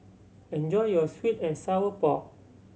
enjoy your sweet and sour pork